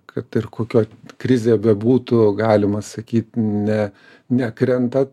kad ir kokioj krizėje bebūtų galima sakyt ne nekrenta